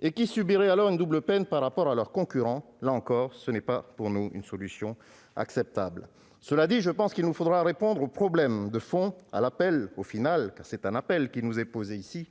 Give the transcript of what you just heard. et qui subiraient alors une double peine par rapport à leurs concurrents. Là encore, ce n'est pas une solution acceptable. Cela étant, il nous faudra répondre au problème de fond et à l'appel- car il s'agit bien d'un appel -lancé